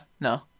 no